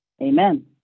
amen